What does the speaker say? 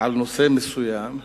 על נושא מסוים,